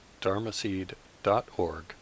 dharmaseed.org